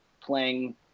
playing